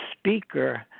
speaker